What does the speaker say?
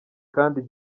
kandi